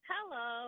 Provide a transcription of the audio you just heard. Hello